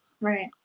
Right